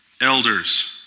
Elders